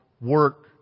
work